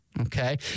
Okay